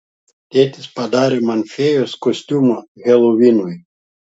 tėtis padarė man fėjos kostiumą helovinui